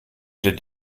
did